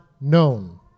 known